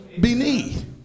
beneath